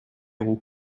roues